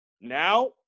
Now